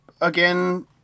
again